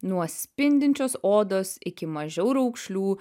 nuo spindinčios odos iki mažiau raukšlių